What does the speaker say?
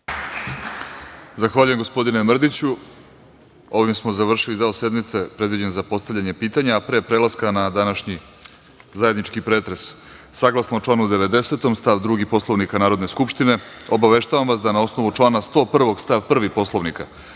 Zahvaljujem, gospodine Mrdiću. Ovim smo završili deo sednice predviđen za postavljanje pitanja. Pre prelaska na današnji zajednički pretres, saglasno članu 90. stav 2. Poslovnika Narodne skupštine, obaveštavam vas da, na osnovu člana 101. stav 1. Poslovnika,